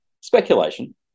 speculation